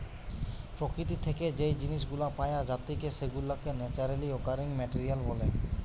প্রকৃতি থেকে যেই জিনিস গুলা পাওয়া জাতিকে সেগুলাকে ন্যাচারালি অকারিং মেটেরিয়াল বলে